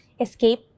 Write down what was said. escape